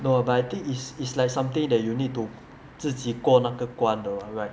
no ah but I think is is like something that you need to 自己过那个关的 [what] right